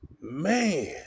Man